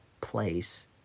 place